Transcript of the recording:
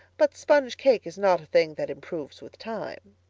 but sponge cake is not a thing that improves with time.